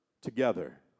together